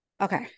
Okay